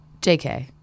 JK